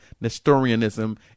Nestorianism